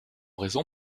raison